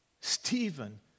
Stephen